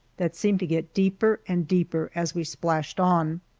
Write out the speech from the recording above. that seemed to get deeper and deeper as we splashed on.